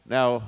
Now